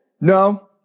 No